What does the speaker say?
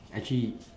actually